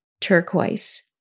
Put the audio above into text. turquoise